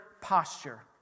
posture